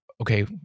Okay